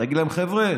תגיד להם: חבר'ה,